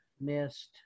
missed